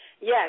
Yes